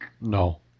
No